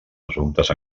assumptes